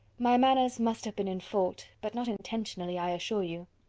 my manners must have been in fault, but not intentionally, i assure you.